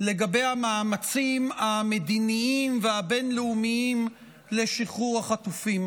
לגבי המאמצים המדיניים והבין-לאומיים לשחרור החטופים.